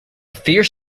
fierce